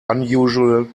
unusual